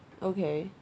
okay